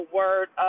word